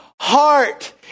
heart